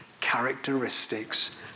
characteristics